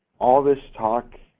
all this talk,